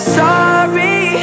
sorry